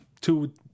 Two